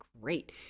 great